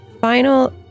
final